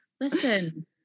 Listen